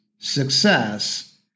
success